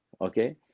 Okay